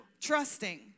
Trusting